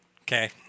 Okay